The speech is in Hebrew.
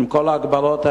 עם כל ההגבלות האלה,